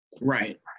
Right